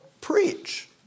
preach